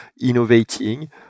innovating